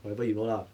whatever you know lah